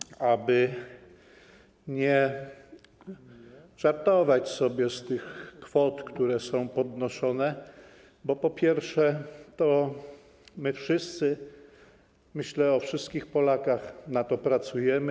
Apeluję, aby nie żartować sobie z tych kwot, które są podnoszone, bo po pierwsze, wszyscy, myślę o wszystkich Polakach, na to pracujemy.